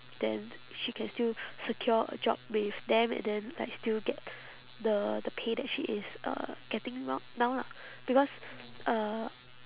then she can still secure a job with them and then like still get the the pay that she is uh getting no~ now lah because uh